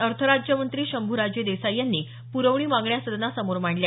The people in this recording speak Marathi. अर्थराज्यमंत्री शभूराजे देसाई यांनी प्रवणी मागण्या सदनासमोर मांडल्या